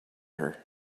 her